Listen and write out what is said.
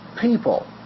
people